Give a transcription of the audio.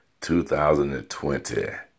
2020